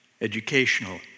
educational